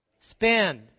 Spend